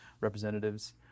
representatives